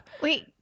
Wait